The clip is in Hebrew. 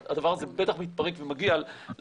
אז הדבר הזה בטח מתפרק ומגיע לים.